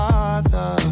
Father